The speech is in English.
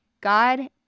God